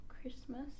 Christmas